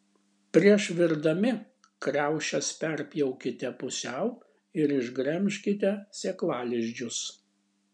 prieš virdami kriaušes perpjaukite pusiau ir išgremžkite sėklalizdžius